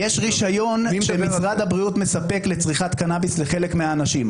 יש רישיון שמשרד הבריאות מספק לצריכת קנאביס לחלק מהאנשים.